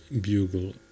Bugle